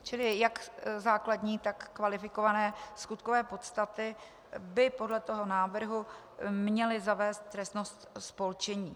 Čili jak základní, tak kvalifikované skutkové podstaty by podle toho návrhu měly zavést trestnost spolčení.